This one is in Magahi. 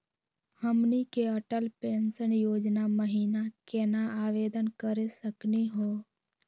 हमनी के अटल पेंसन योजना महिना केना आवेदन करे सकनी हो?